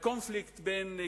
קונפליקט בין קצוות.